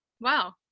Wow